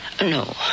No